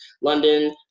London